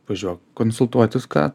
važiuok konsultuotis ką